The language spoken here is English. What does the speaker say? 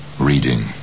reading